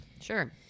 Sure